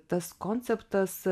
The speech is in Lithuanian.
tas konceptas